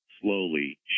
slowly